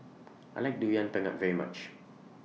I like Durian Pengat very much